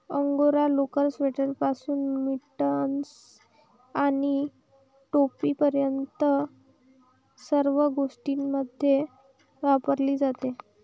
angora लोकर, स्वेटरपासून mittens आणि टोपीपर्यंत सर्व गोष्टींमध्ये वापरली जाते